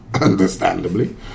understandably